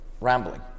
rambling